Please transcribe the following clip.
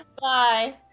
Bye